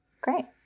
Great